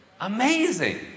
Amazing